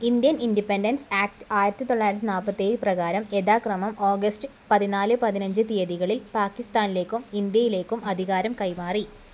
Indian independence act ആയിരത്തി തൊള്ളായിരത്തി നാൽപ്പത്തേഴ് പ്രകാരം യഥാക്രമം ഓഗസ്റ്റ് പതിനാല് പതിനഞ്ച് തീയതികളിൽ പാക്കിസ്ഥാനിലേക്കും ഇൻഡ്യയിലേക്കും അധികാരം കൈമാറി